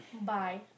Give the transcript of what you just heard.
Bye